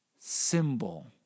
symbol